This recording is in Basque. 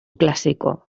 klasiko